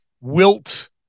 Wilt